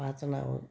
पाच नावं